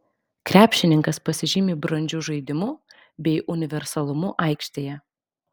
krepšininkas pasižymi brandžiu žaidimu bei universalumu aikštėje